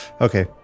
Okay